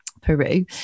Peru